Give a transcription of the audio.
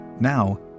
Now